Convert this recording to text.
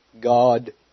God